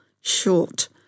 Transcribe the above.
short